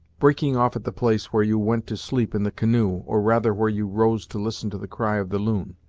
breaking off at the place where you went to sleep in the canoe or rather where you rose to listen to the cry of the loon.